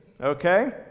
okay